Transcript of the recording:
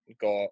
got